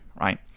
right